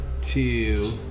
Two